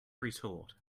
retort